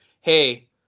hey